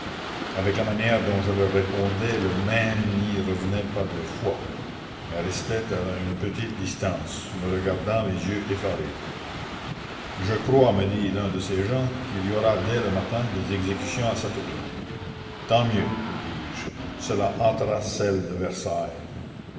avec la manière dont je leur répondais le même n'y revenait pas deux fois mais restait à une petite distance me regardans les yeux effarés je crois me dit l'un de ces gens qu'il y aura dès le matin des exécutions à satory tant mieux lui dis-je cela hâtera celles de versailles